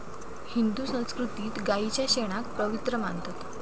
हिंदू संस्कृतीत गायीच्या शेणाक पवित्र मानतत